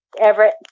Everett